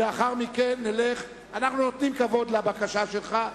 אנחנו נותנים כבוד לבקשה שלך,